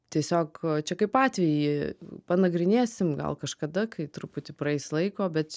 tiesiog čia kaip atvejį panagrinėsim gal kažkada kai truputį praeis laiko bet